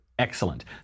Excellent